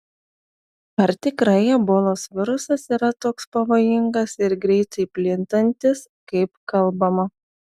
ar tikrai ebolos virusas yra toks pavojingas ir greitai plintantis kaip kalbama